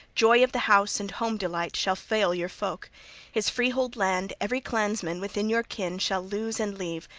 joy of the house and home-delight shall fail your folk his freehold-land every clansman within your kin shall lose and leave,